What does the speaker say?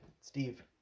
Steve